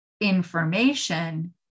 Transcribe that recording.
information